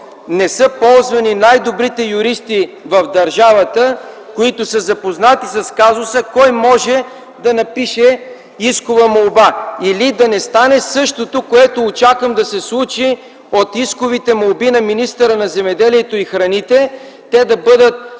не са ползвани най-добрите юристи в държавата, които са запознати с казуса, кой може да напише искова молба? Или да не стане същото, което очаквам да се случи от исковите молби на министъра на земеделието и храните – те да бъдат